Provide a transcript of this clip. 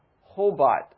Hobart